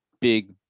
big